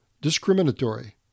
discriminatory